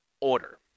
order